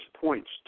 points